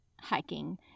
hiking